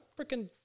freaking